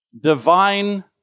divine